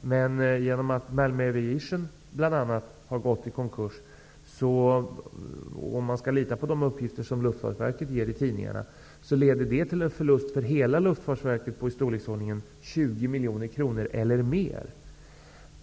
Men genom att bl.a. Malmö Aviation har gått i konkurs blir det en förlust för hela Luftfartsverket på i storleksordningen 20 miljoner kronor eller mer, om man skall lita på de uppgifter som Luftfartsverket ger i tidningarna.